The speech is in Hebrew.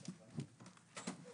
הישיבה ננעלה בשעה 10:40.